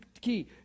key